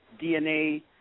DNA